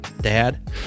Dad